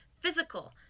physical